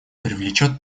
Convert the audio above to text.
привлечет